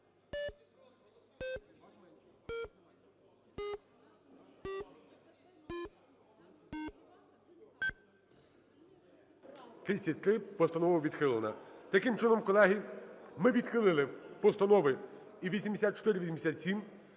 33. Постанова відхилена. Таким чином, колеги, ми відхили постанови і 8487,